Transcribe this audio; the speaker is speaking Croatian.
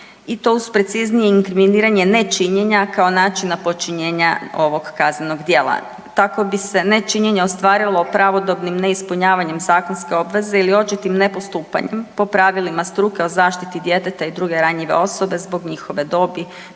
i to uz preciznije inkriminiranje nečinjenja kao načina počinjenja ovog kaznenog djela. Tako bi se nečinjenje ostvarilo pravodobnim neispunjavanjem zakonske obveze ili očitim nepostupanjem po pravilima struke o zaštiti djeteta i druge ranjive osobe zbog njihove dobit,